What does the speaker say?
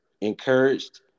encouraged